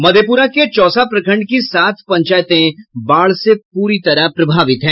मधेपुरा के चौसा प्रखंड की सात पंचायते बाढ़ से पूरी तरह प्रभावित हैं